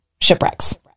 shipwrecks